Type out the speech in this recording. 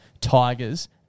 tigers